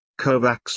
Kovacs